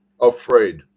afraid